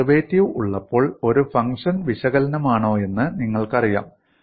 ഒരു ഡെറിവേറ്റീവ് ഉള്ളപ്പോൾ ഒരു ഫംഗ്ഷൻ വിശകലനമാണോയെന്ന് നിങ്ങൾക്കറിയാം